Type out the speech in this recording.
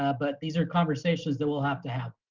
ah but these are conversations that we'll have to have.